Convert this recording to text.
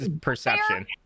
perception